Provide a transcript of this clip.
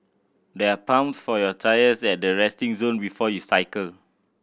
there are pumps for your tyres at the resting zone before you cycle